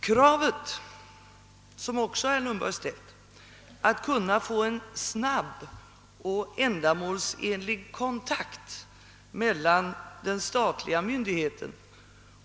Det krav, som också herr Lundberg ställt, att kunna få en snabb och ändamålsenlig kontakt mellan den statliga myndigheten